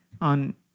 on